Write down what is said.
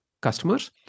customers